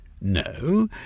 No